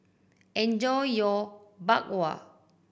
enjoy your Bak Kwa